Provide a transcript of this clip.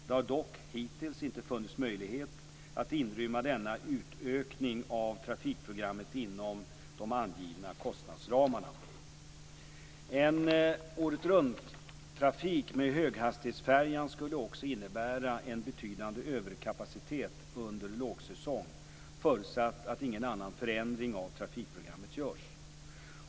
Det har dock hittills inte funnits möjlighet att inrymma denna utökning av trafikprogrammet inom de angivna kostnadsramarna. En åretrunttrafik med höghastighetsfärjan skulle också innebära en betydande överkapacitet under lågsäsong, förutsatt att ingen annan förändring av trafikprogrammet görs.